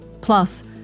Plus